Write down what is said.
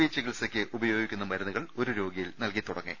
V ചികിത്സയ്ക്ക് ഉപയോഗിക്കുന്ന മരുന്നുകൾ ഒരു രോഗിയിൽ നൽകിത്തുടങ്ങി